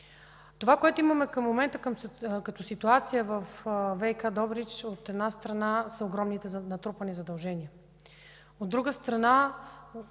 Онова, което имаме към момента като ситуация във ВиК – Добрич, от една страна, са огромните натрупани задължения, а от друга страна,